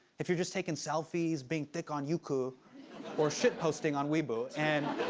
if you're just taking selfies, being thick on youku or shitposting on weibo and.